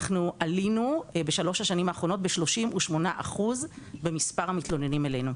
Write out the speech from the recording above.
אנחנו עלינו בשלוש השנים האחרונות ב-38% במספר המתלוננים אלינו.